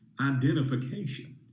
identification